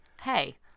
Hey